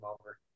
over